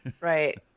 Right